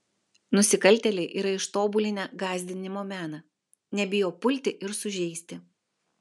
nusikaltėliai yra ištobulinę gąsdinimo meną nebijo pulti ir sužeisti